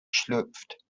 schlüpft